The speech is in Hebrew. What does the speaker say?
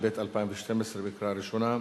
התשע"ב 2012, בקריאה ראשונה.